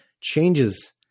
changes